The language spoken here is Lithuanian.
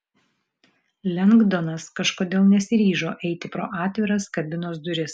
lengdonas kažkodėl nesiryžo eiti pro atviras kabinos duris